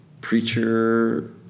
preacher